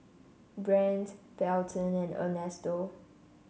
Brandt Belton and Ernesto